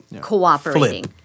Cooperating